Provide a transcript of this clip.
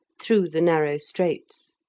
through the narrow straits.